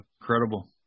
incredible